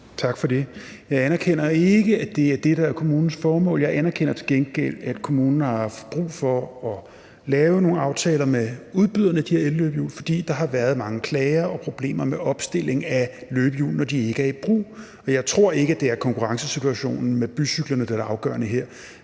Tak for det. Jeg anerkender ikke, at det er det, der er kommunens formål. Jeg anerkender til gengæld, at kommunen har haft brug for at lave nogle aftaler med udbyderne af de her elløbehjul, fordi der har været mange klager og problemer med opstilling af løbehjul, når de ikke er i brug. Men jeg tror ikke, at det er konkurrencesituationen i forhold til bycyklerne, der er det afgørende her.